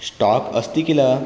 stock अस्ति किल